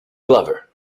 glover